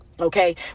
Okay